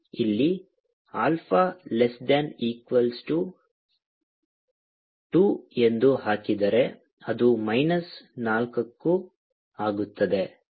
α2 β1 γ2 δ1α β 1 2α2βγ0 42γ0 γ2 ಇಲ್ಲಿ alpha less than equal to two ಎಂದು ಹಾಕಿದರೆ ಅದು ಮೈನಸ್ ನಾಲಕ್ಕು ಆಗುತ್ತದೆ